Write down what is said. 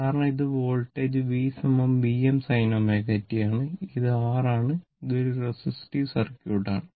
കാരണം ഇത് voltage V Vm sin ω t ആണ് ഇത് R ആണ് ഇത് ഒരു റെസിസ്റ്റീവ് സർക്യൂട്ട് ആണ്